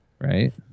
Right